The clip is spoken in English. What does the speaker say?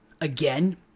again